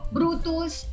Brutus